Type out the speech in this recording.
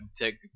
take